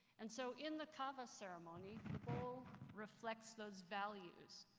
and so, in the kava ceremony the bowl reflects those values.